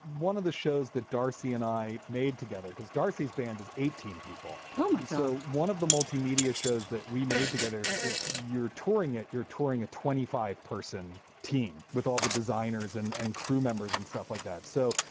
one of the shows that darcy and i made together because darcy's band is eighteen people. much so. one of the multi-media shows that we made together. if you're touring it, you're touring a twenty five person team with all the designers and and crew members and stuff like that. so,